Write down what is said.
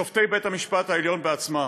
שופטי בית המשפט העליון בעצמם: